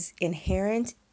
inherent